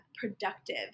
productive